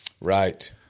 Right